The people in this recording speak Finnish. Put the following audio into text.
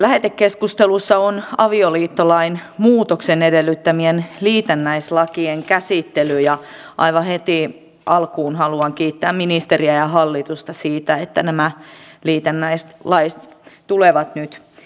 lähetekeskustelussa on avioliittolain muutoksen edellyttämien liitännäislakien käsittely ja aivan heti alkuun haluan kiittää ministeriä ja hallitusta siitä että nämä liitännäislait tulevat nyt käsittelyyn